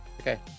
Okay